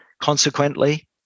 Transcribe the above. Consequently